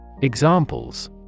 Examples